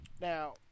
now